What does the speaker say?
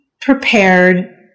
prepared